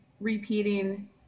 repeating